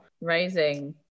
raising